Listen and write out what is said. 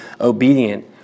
obedient